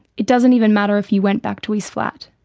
it doesn't even matter if you went back to his flat.